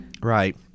Right